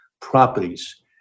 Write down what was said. properties